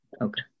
Okay